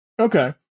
Okay